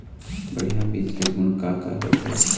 बढ़िया बीज के गुण का का होथे?